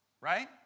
right